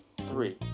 three